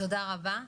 תודה רבה.